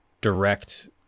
direct